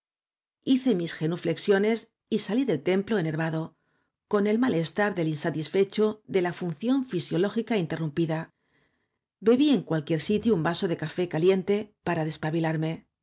hice mis genuflexiones y salí del templo enervado con el malestar del insatisfecho de la función fisiológica interrumpida bebí en cualquier sitio un vaso de café caliente para despabilarme